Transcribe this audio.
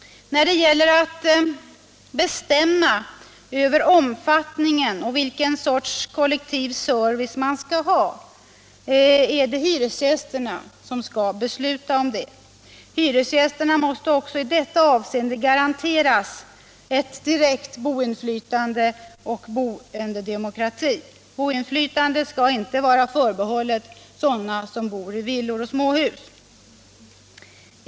När det gäller att bestämma omfattningen av service och vilken sorts kollektiv service man skall ha är det hyresgästerna som skall besluta om det. Hyresgästerna måste också i detta avseende garanteras direkt boinflytande och boendedemokrati. Boinflytandet skall inte vara förbehållet sådana som bor i villor och småhus.